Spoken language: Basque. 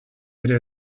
ere